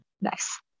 Nice